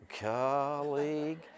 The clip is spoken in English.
Colleague